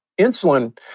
insulin